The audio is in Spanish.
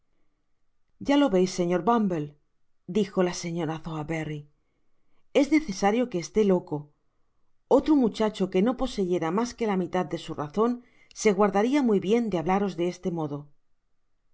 ya lo veis señor bumble dijo la señora sowerberry es necesario que esté loco otro muchacho que no poseyera mas que la mitad de su razon so guardaria muy bien de hablaros de este modo